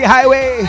Highway